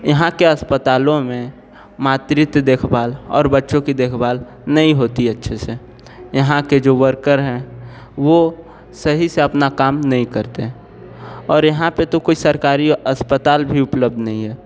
यहाँ के अस्पतालों में मातृत्व देखभाल और बच्चों की देखभाल नहीं होती अच्छे से यहाँ के जो वर्कर हैं वो सही से अपना काम नहीं करते और यहाँ पर तो कोई सरकारी अस्पताल भी उपलब्ध नहीं है